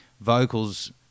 vocals